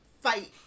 fight